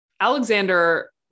Alexander